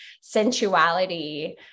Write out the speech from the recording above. sensuality